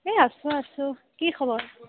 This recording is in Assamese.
এই আছোঁ আছোঁ কি খবৰ